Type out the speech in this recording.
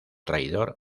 traidor